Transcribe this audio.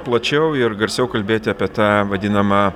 plačiau ir garsiau kalbėti apie tą vadinamą